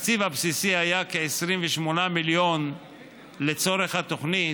התקציב הבסיסי היה כ-28 מיליון לצורך התוכנית,